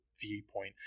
viewpoint